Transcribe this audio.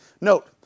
Note